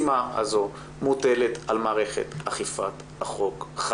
מוטלת על מערכת אכיפת החוק.